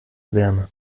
wärme